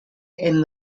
and